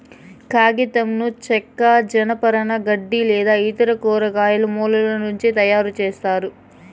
కాగితంను చెక్క, జనపనార, గడ్డి లేదా ఇతర కూరగాయల మూలాల నుంచి తయారుచేస్తారు